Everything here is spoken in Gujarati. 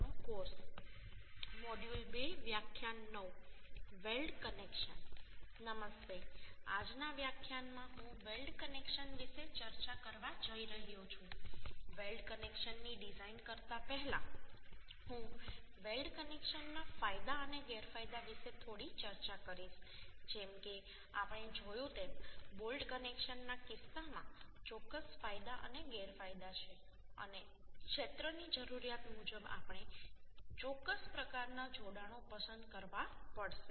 નમસ્તે આજના વ્યાખ્યાનમાં હું વેલ્ડ કનેક્શન્સ વિશે ચર્ચા કરવા જઈ રહ્યો છું વેલ્ડ કનેક્શનની ડિઝાઈન પહેલાં હું વેલ્ડ કનેક્શનના ફાયદા અને ગેરફાયદા વિશે થોડી ચર્ચા કરીશ જેમ કે આપણે જોયું તેમ બોલ્ટ કનેક્શનના કિસ્સામાં ચોક્કસ ફાયદા અને ગેરફાયદા છે અને ક્ષેત્રની જરૂરિયાત મુજબ આપણે ચોક્કસ પ્રકારના જોડાણો પસંદ કરવા પડશે